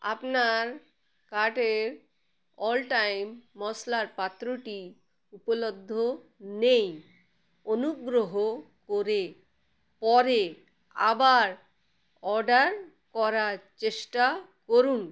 আপনার কার্টের অলটাইম মশলার পাত্রটি উপলব্ধ নেই অনুগ্রহ করে পরে আবার অর্ডার করার চেষ্টা করুন